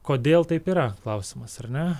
kodėl taip yra klausimas ar ne